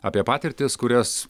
apie patirtis kurias